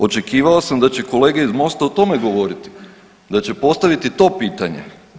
Očekivao sam da će kolege iz MOST-a o tome govoriti, da će postaviti to pitanje.